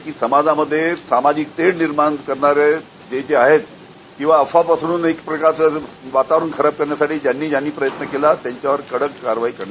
की समाजामध्ये सामाजिक तेढ निर्माण करणारे हे जे आहेत किंवा अफवा पसरून एकमेकांपासून वातावरण खराब करण्यासाठी ज्यांनी ज्यांनी प्रयत्न केला त्यांच्यावर कडक कारवाई करण्यात